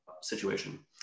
situation